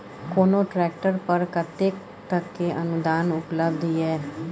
कोनो ट्रैक्टर पर कतेक तक के अनुदान उपलब्ध ये?